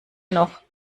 noch